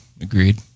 Agreed